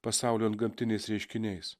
pasaulio antgamtiniais reiškiniais